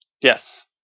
Yes